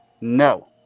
no